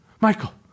Michael